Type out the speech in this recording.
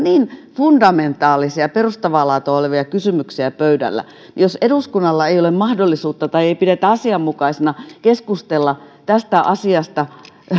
niin fundamentaalisia ja perustavaa laatua olevia kysymyksiä pöydällä jos eduskunnalla ei ole mahdollisuutta tai ei pidetä asianmukaisena keskustella tästä asiasta